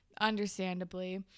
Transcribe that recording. understandably